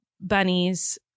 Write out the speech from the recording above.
bunnies